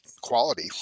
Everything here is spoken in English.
quality